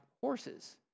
horses